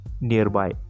nearby